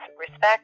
respect